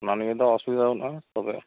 ᱚᱱᱟ ᱱᱤᱭᱮ ᱫᱚ ᱚᱥᱩᱵᱤᱫᱷᱟ ᱵᱟᱹᱱᱩᱜᱼᱟ ᱛᱚᱵᱮ